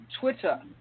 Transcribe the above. Twitter